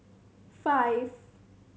five